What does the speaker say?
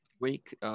week